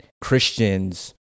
Christians